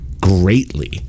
Greatly